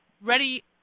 ready